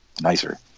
nicer